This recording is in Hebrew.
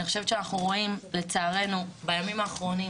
אני חושבת שאנחנו רואים לצערנו בימים האחרונים